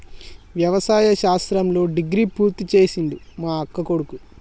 వ్యవసాయ శాస్త్రంలో డిగ్రీ పూర్తి చేసిండు మా అక్కకొడుకు